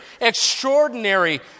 extraordinary